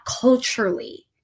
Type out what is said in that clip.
culturally